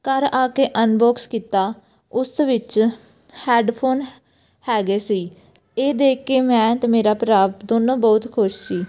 ਘਰ ਆ ਕੇ ਅਨਬੋਕਸ ਕੀਤਾ ਉਸ ਵਿੱਚ ਹੈਡਫੋਨ ਹੈਗੇ ਸੀ ਇਹ ਦੇਖ ਕੇ ਮੈਂ ਅਤੇ ਮੇਰਾ ਭਰਾ ਦੋਨੋਂ ਬਹੁਤ ਖੁਸ਼ ਸੀ